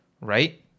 right